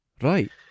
Right